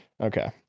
okay